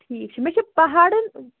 ٹھیٖک چھُ مےٚ چھُ پَہاڑن